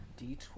D12